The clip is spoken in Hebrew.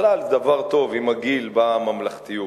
בכלל זה דבר טוב, עם הגיל באה הממלכתיות.